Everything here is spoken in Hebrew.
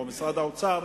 או משרד האוצר,